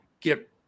get